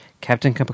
Captain